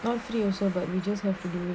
not free also but we just have to do